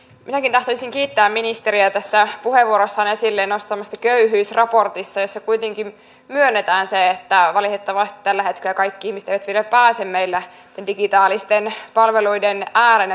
minäkin tahtoisin kiittää ministeriä hänen tässä puheenvuorossa esille nostamastaan köyhyysraportista jossa kuitenkin myönnetään se että valitettavasti tällä hetkellä kaikki ihmiset eivät vielä pääse meillä digitaalisten palveluiden ääreen